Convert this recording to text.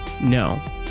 No